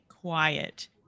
quiet